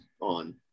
on